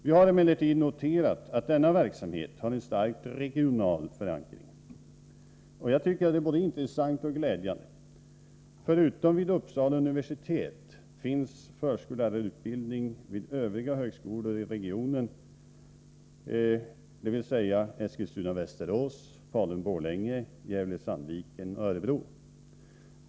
Vi har emellertid noterat att denna verksamhet har en starkt regional förankring, och jag tycker det är både intressant och glädjande. Förutom vid Uppsala universitet finns förskollärarutbildning vid övriga högskolor i regionen, dvs. i Eskilstuna-Västerås, Falun-Borlänge, Gävle Sandviken och Örebro.